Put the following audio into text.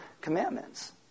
commandments